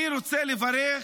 אני רוצה לברך